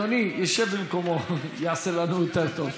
אדוני ישב במקומו, זה יעשה לנו יותר טוב.